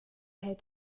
hält